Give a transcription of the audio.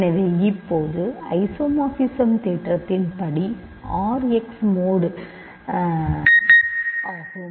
எனவே இப்போது ஐசோமார்பிசம் தேற்றத்தின் படி R x மோட் ஆகும்